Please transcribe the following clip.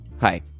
hi